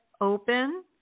open